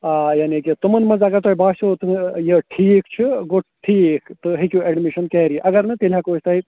آ یعنی کہِ تِمن منٛز اگر تۄہہِ باسیو تہٕ یہِ ٹھیٖک چھُ گوٚو ٹھیٖک تُہۍ ہیٚکِو اٮ۪ڈمِشن کیری اگر نہٕ تیٚلہِ ہٮ۪کو أسۍ تۄہہِ